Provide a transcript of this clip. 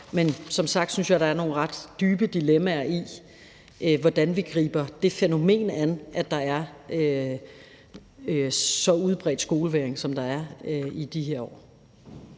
men som sagt synes jeg, der er nogle ret dybe dilemmaer i, hvordan vi griber det fænomen an, at der er en så udbredt skolevægring, som der er i de her år.